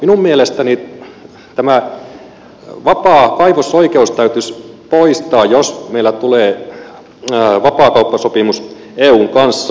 minun mielestäni tämä vapaa kaivosoikeus täytyisi poistaa jos meillä tulee vapaakauppasopimus eun kanssa